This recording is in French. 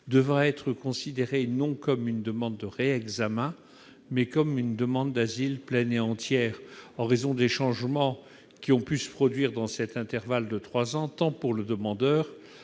devra être considérée, non comme une demande de réexamen, mais comme une demande d'asile pleine et entière. En raison des changements qui ont pu se produire dans cet intervalle de trois ans, tant pour le demandeur